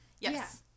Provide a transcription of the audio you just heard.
Yes